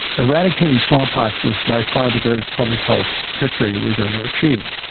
eradicating smallpox was by far the greatest public health victory we've ever achieved.